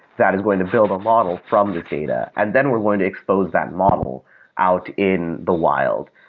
that is going to build a model from the data, and then we're going to expose that model out in the wild.